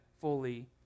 fully